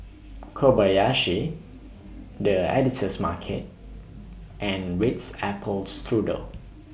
Kobayashi The Editor's Market and Ritz Apple Strudel